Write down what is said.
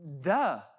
Duh